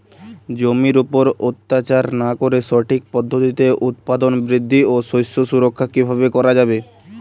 জমির উপর অত্যাচার না করে সঠিক পদ্ধতিতে উৎপাদন বৃদ্ধি ও শস্য সুরক্ষা কীভাবে করা যাবে?